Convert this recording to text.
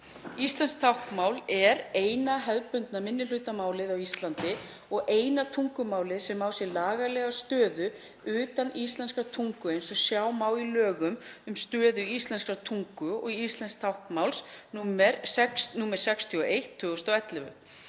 Íslenskt táknmál er eina hefðbundna minnihlutamálið á Íslandi og eina tungumálið sem á sér lagalega stöðu utan íslenskrar tungu, eins og sjá má í lögum um stöðu íslenskrar tungu og íslensks táknmáls, nr. 61/2011.